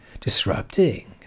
disrupting